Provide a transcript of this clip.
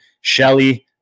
Shelly